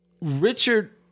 Richard